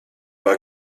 war